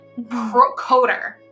coder